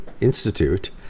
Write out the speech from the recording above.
Institute